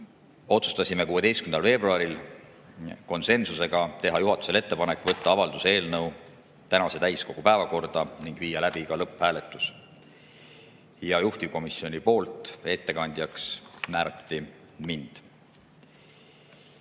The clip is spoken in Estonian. otsustasime 16. veebruaril konsensusega teha juhatusele ettepaneku võtta avalduse eelnõu tänase täiskogu istungi päevakorda ning viia läbi ka lõpphääletus. Juhtivkomisjoni nimel ettekandjaks määrati mind.